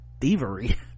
thievery